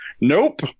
nope